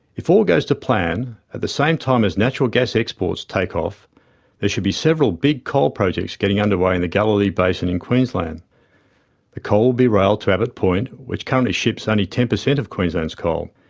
if all goes to plan, at the same time as natural gas exports take off there should be several, big coal projects getting under way in the galilee basin in queensland. the coal will be railed to abbot point, which currently ships only ten percent of queensland's coal.